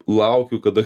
laukiu kada